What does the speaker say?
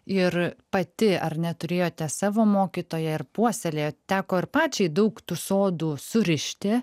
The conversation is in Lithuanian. ir pati ar ne turėjote savo mokytoją ir puoselėjot teko ir pačiai daug tų sodų surišti